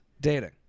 dating